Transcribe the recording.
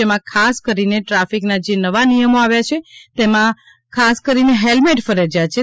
જેમાં ખાસ કરીને ટ્રાફિક ના જે નવા નિયમો આવ્યો છે તેમાં ખાસ કરીને હેલ્મેટ ફરજિયાત છે